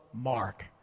Mark